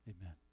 Amen